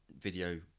video